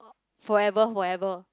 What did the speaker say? forever forever